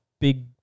big